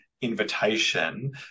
invitation